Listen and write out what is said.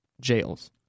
jails